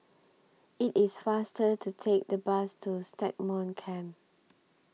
IT IS faster to Take The Bus to Stagmont Camp